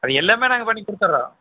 அது எல்லாமே நாங்கள் பண்ணி குடுத்துடறோம்